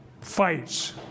fights